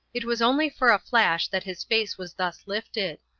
it was only for a flash that his face was thus lifted.